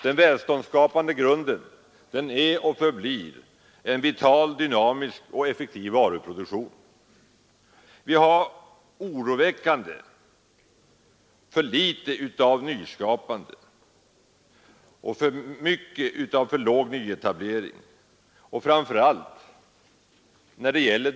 Den välståndsskapade grunden är och förblir en vital, dynamisk och effektiv varuproduktion. Vi har oroväckande litet av nyskapande och för ringa nyetablering.